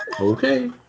Okay